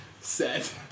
set